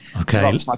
okay